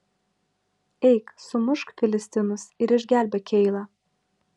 eik sumušk filistinus ir išgelbėk keilą